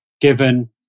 given